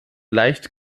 leicht